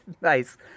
nice